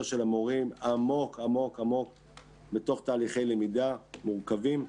של המורים הם עמוק בתוך תהליכי למידה מורכבים,